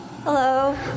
Hello